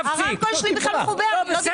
הרמקול שלי בכלל לא מחובר, לא דיברתי.